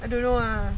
I don't know lah